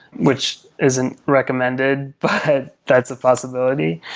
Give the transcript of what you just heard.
which isn't recommended, but that's a possibility.